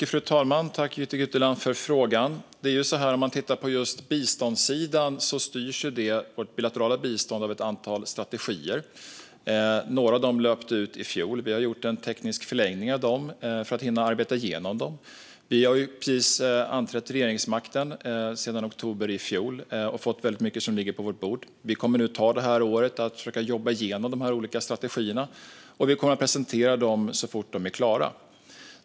Fru talman! Tack, Jytte Guteland, för frågan! På biståndssidan styrs det bilaterala biståndet av ett antal strategier. Några av dem löpte ut i fjol. Vi har gjort en teknisk förlängning av dem för att hinna arbeta igenom dem. Vi tillträdde som regering först i oktober i fjol och har fått väldigt mycket på vårt bord. Vi kommer att ta det här året för att försöka jobba igenom de olika strategierna, och vi kommer att presentera dem så fort de är klara.